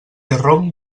rom